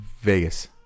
Vegas